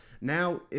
Now